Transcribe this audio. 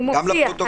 הוא מופיע.